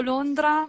Londra